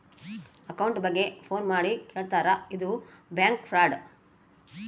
account ಬಗ್ಗೆ phone ಮಾಡಿ ಕೇಳ್ತಾರಾ ಇದು ಬ್ಯಾಂಕ್ ಫ್ರಾಡ್